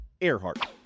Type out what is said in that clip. Earhart